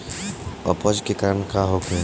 अपच के कारण का होखे?